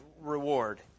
reward